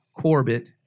Corbett